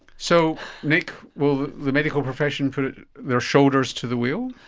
so nick, will the medical profession put their shoulders to the wheel?